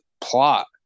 plot